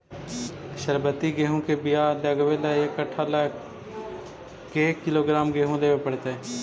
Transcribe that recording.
सरबति गेहूँ के बियाह लगबे ल एक कट्ठा ल के किलोग्राम गेहूं लेबे पड़तै?